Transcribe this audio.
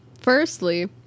firstly